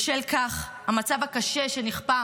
בשל המצב הקשה שנכפה